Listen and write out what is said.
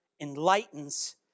enlightens